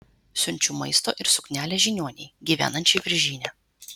siunčiu maisto ir suknelę žiniuonei gyvenančiai viržyne